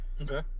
Okay